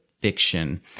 FICTION